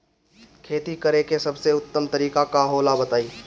खेती करे के सबसे उत्तम तरीका का होला बताई?